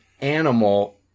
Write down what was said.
animal